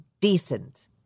decent